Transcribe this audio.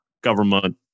government